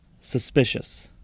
suspicious